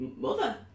mother